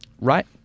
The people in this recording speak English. right